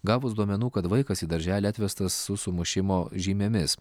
gavus duomenų kad vaikas į darželį atvestas su sumušimo žymėmis